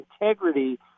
integrity